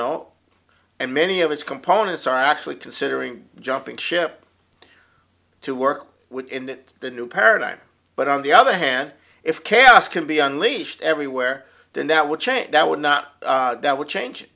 know and many of its components are actually considering jumping ship to work within the new paradigm but on the other hand if chaos can be unleashed everywhere then that would change that would not that would change